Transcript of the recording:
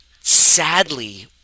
sadly